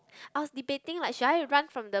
I was debating like should I run from the